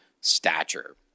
stature